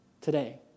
today